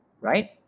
right